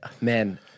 man